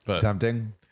Tempting